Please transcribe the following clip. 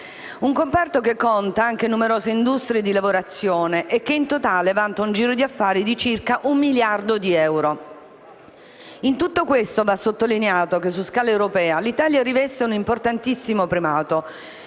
un comparto che conta anche numerose industrie di lavorazione e che in totale vanta un giro di affari di circa un miliardo di euro. In tutto questo va sottolineato che su scala europea l'Italia riveste un importantissimo primato: